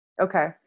Okay